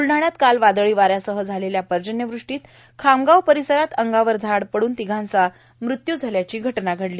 ब्लढाण्यात काल वादळी वाऱ्यासह झालेल्या पर्जन्यवृष्टीत खामगाव परिसरात अंगावर झाड पडून तिघांचा मृत्यू झाल्याची घटना घडली